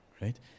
Right